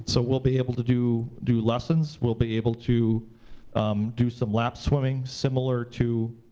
so we'll be able to do do lessons. we'll be able to do some lap swimming similar to